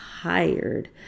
tired